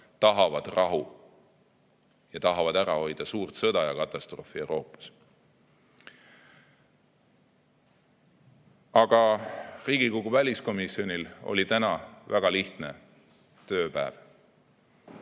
tahavad rahu, tahavad ära hoida suurt sõda ja katastroofi Euroopas. Aga Riigikogu väliskomisjonil oli täna väga lihtne tööpäev.